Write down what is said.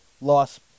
loss